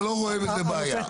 אתה לא רואה בזה בעיה.